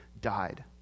died